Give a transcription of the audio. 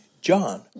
John